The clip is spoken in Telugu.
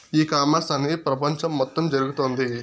ఈ కామర్స్ అనేది ప్రపంచం మొత్తం జరుగుతోంది